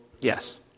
Yes